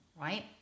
right